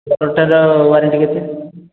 କଭର୍ଟାର warranty କେତେ